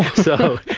so